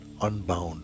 unbound